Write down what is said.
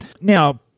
Now